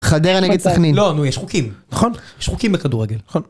חדרה נגד סכנין לא נו יש חוקים נכון יש חוקים בכדורגל.